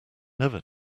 never